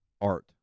art